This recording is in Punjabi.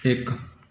ਇੱਕ